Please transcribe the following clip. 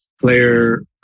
player